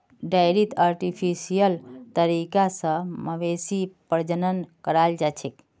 डेयरीत आर्टिफिशियल तरीका स मवेशी प्रजनन कराल जाछेक